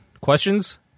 Questions